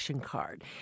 card